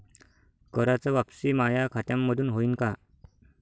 कराच वापसी माया खात्यामंधून होईन का?